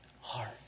heart